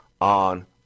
on